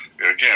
Again